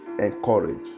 encourage